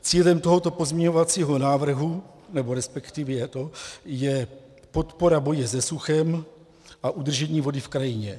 Cílem tohoto pozměňovacího návrhu nebo respektive je podpora boje se suchem a udržení vody v krajině.